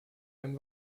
einem